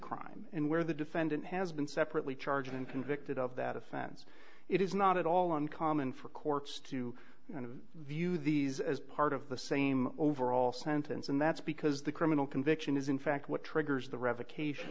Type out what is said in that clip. crime and where the defendant has been separately charged and convicted of that offense it is not at all uncommon for courts to view these as part of the same overall sentence and that's because the criminal conviction is in fact what triggers